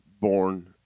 born